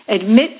admit